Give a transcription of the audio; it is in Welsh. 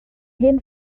hen